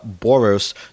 Boros